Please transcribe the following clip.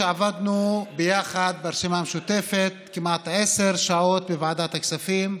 ועבדנו ביחד ברשימה המשותפת כמעט עשר שעות בוועדת הכספים.